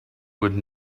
would